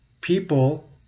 people